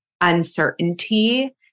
uncertainty